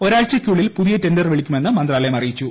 ഒരാഴ്ചയ്ക്കുള്ളിൽ പുതിയ ടെണ്ടർ വിളിക്കുമെന്ന് റെയിൽവേ മന്ത്രാലയം അറിയിച്ചു